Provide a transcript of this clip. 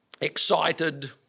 excited